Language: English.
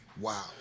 Wow